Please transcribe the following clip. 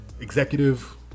executive